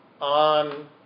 on